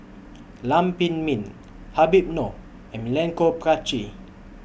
Lam Pin Min Habib Noh and Milenko Prvacki